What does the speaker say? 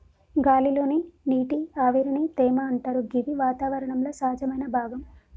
గాలి లోని నీటి ఆవిరిని తేమ అంటరు గిది వాతావరణంలో సహజమైన భాగం